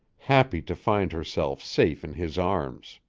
happy to find herself safe in his arms.